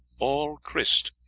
all krised.